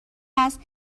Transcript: است